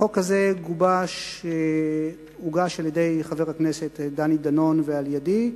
החוק הזה הוגש על-ידי חבר הכנסת דני דנון ועל-ידי,